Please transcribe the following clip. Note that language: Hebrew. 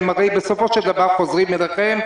שהרי הן בסופו של דבר חוזרים אליכם.